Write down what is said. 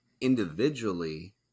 individually